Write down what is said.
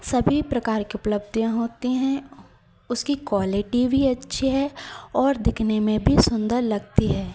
सभी प्रकार की उपलब्धियाँ होती हैं उसकी क्वालिटी भी अच्छी है और दिखने में भी सुन्दर लगती है